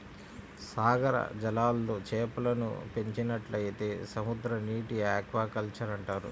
సాగర జలాల్లో చేపలను పెంచినట్లయితే సముద్రనీటి ఆక్వాకల్చర్ అంటారు